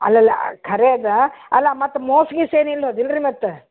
ಅಲ್ಲಲ್ಲ ಖರೆ ಅದ ಅಲ್ಲ ಮತ್ತು ಮೋಸ ಗೀಸ ಏನಿಲ್ಲದಿಲ್ಲ ರಿ ಮತ್ತೆ